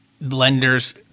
lenders